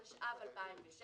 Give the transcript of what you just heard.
התשע"ז-2016.